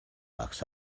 box